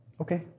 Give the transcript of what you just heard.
Okay